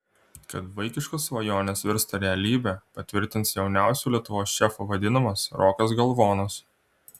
kad vaikiškos svajonės virsta realybe patvirtins jauniausiu lietuvos šefu vadinamas rokas galvonas